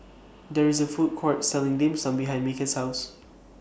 There IS A Food Court Selling Dim Sum behind Micky's House